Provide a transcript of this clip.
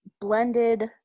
blended